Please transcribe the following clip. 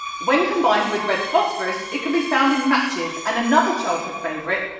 when combined with red phosphorus it can be found in matches and another childhood favourite,